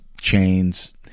chains